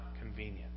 convenient